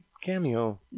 cameo